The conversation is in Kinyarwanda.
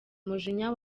umujinya